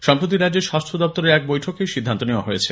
সম্প্রতি রাজ্যের স্বাস্থ্য দপ্তরের এক বৈঠকে এই সিদ্ধান্ত নেওয়া হয়েছে